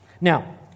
Now